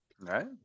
Right